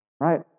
Right